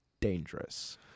dangerous